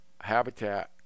habitat